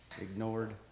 ignored